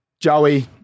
Joey